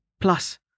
Plus